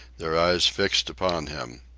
their eyes fixed upon him.